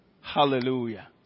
Hallelujah